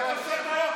בושה וכלימה.